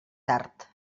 tard